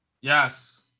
Yes